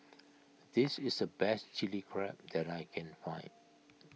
this is the best Chilli Crab that I can find